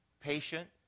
patient